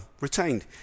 retained